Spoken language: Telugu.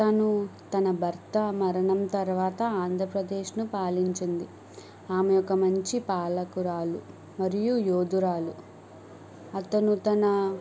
తను తన భర్త మరణం తరవాత ఆంధ్రప్రదేశ్ను పాలించింది ఆమె ఒక మంచి పాలకురాలు మరియు యోధురాలు అతను తన